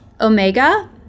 Omega